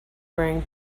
wearing